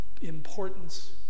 importance